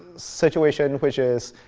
situation which is,